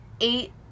eight